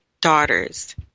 daughters